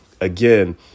again